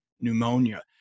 pneumonia